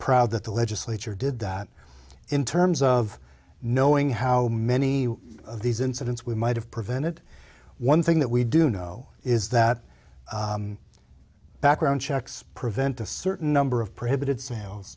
proud that the legislature did that in terms of knowing how many of these incidents we might have prevented one thing that we do know is that background checks prevent a certain number of prohibit